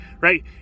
right